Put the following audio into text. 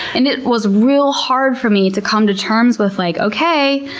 and it was real hard for me to come to terms with, like okay,